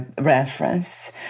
reference